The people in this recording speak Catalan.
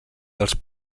dels